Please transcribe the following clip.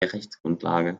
rechtsgrundlage